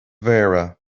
mhéara